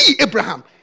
Abraham